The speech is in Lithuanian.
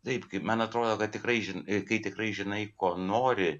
taip kaip man atrodo kad tikrai žinai kai tikrai žinai ko nori